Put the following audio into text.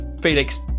Felix